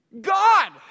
God